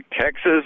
Texas